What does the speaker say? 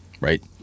Right